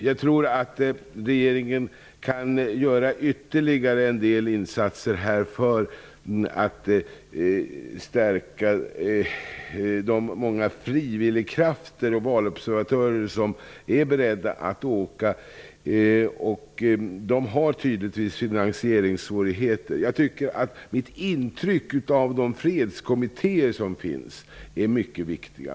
Jag tror att regeringen kan göra ytterligare en del insatser för att stärka de många frivilliga krafter och valobservatörer som är beredda att åka. De har finansieringssvårigheter. Mitt intryck av de fredskommittéer som finns är att de är mycket viktiga.